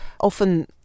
often